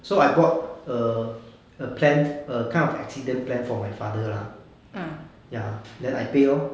so I bought a a plan a kind of accident plan for my father lah ya then I pay lor